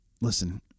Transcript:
listen